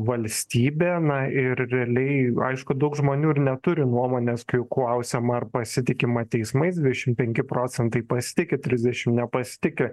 valstybė na ir realiai aišku daug žmonių ir neturi nuomonės klausiama ar pasitikima teismais dvidešim penki procentai pasitiki trisdešim nepasitiki